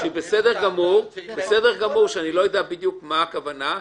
-- זה בסדר גמור, כשאני לא יודע מה הכוונה.